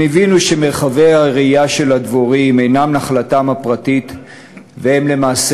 הם הבינו שמרחבי הרעייה של הדבורים אינם נחלתם הפרטית ולמעשה,